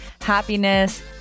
happiness